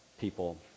people